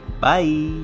bye